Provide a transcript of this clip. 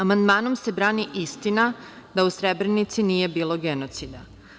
Amandmanom se brani istina da u Srebrenici nije bilo genocida.